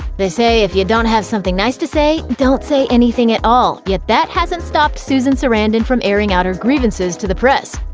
they say if you don't have something nice to say, don't say anything at all, yet that hasn't stopped susan sarandon from airing out her grievances to the press.